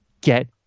get